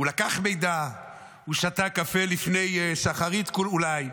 הוא לקח מידע, הוא שתה קפה לפני שחרית אולי.